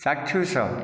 ଚାକ୍ଷୁଷ